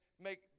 make